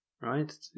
right